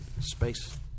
space